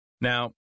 Now